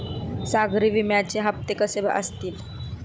सागरी विम्याचे हप्ते कसे असतील?